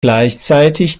gleichzeitig